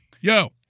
Yo